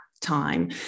time